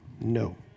No